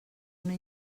una